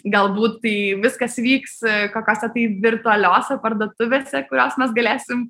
galbūt tai viskas vyks kokiose tai virtualiose parduotuvėse kurios mes galėsim